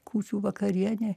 kūčių vakarienė